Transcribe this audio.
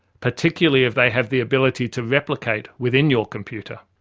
particularly if they have the ability to replicate within your computer.